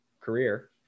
career